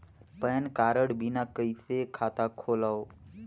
Pan card बिना कइसे खाता खोलव?